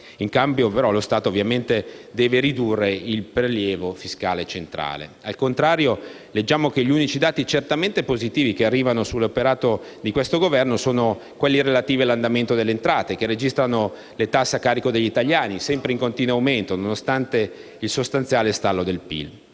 In cambio, lo Stato deve però ridurre il peso del prelievo fiscale centrale. Al contrario, leggiamo che gli unici dati certamente positivi che arrivano sull'operato di questo Governo sono quelli relativi all'andamento delle entrate, che registrano le tasse a carico degli italiani in continuo aumento, nonostante il sostanziale stallo del PIL.